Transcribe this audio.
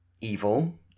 evil